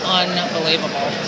unbelievable